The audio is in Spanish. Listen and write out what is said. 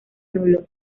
nulo